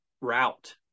route